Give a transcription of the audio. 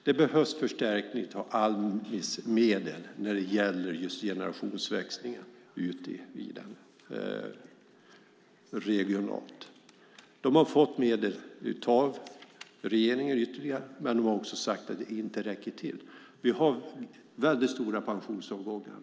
Det behövs förstärkning av Almis medel när det gäller den stora och växande del av befolkningen som går mot en generationsväxling. Almi har fått ytterligare medel av regeringen, men de har också sagt att det inte räcker till. Vi har väldigt stora pensionsavgångar.